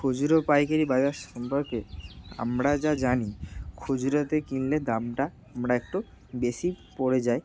খুচরো পাইকারি বাজার সম্পর্কে আমরা যা জানি খুচরোতে কিনলে দামটা আমরা একটু বেশি পড়ে যায়